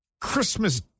Christmas